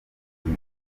biri